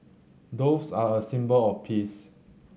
doves are a symbol of peace